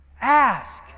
ask